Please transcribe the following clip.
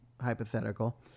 hypothetical